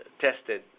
tested